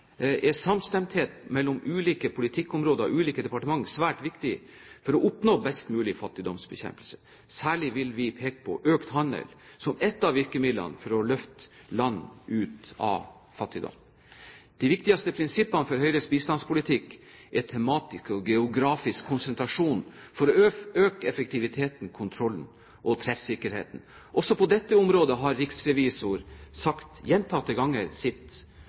er samstemmighet mellom ulike politikkområder og ulike departementer svært viktig for å oppnå best mulig fattigdomsbekjempelse. Særlig vil vi peke på økt handel som et av virkemidlene for å løfte land ut av fattigdom. De viktigste prinsippene for Høyres bistandspolitikk er tematisk og geografisk konsentrasjon for å øke effektiviteten, kontrollen og treffsikkerheten. Også på dette området har riksrevisor gjentatte ganger sagt sitt.